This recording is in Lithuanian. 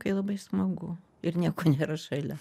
kai labai smagu ir nieko nėra šalia